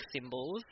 symbols